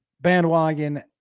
bandwagon